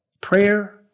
prayer